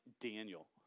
Daniel